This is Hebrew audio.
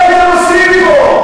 מה הייתם עושים פה?